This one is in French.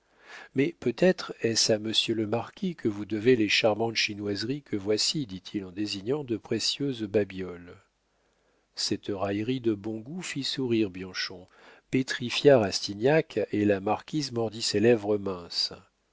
mais peut-être est-ce à monsieur le marquis que vous devez les charmantes chinoiseries que voici dit-il en désignant de précieuses babioles cette raillerie de bon goût fit sourire bianchon pétrifia rastignac et la marquise mordit ses lèvres minces